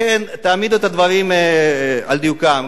לכן, תעמיד את הדברים על דיוקם.